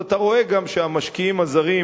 אז אתה רואה גם שהמשקיעים הזרים,